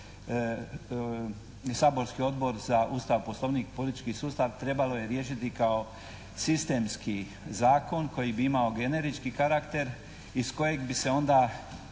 saborski Odbor za Ustav, Poslovnik i politički sustav trebalo je riješiti kao sistemski zakon koji bi imao generički karakter iz kojeg bi se onda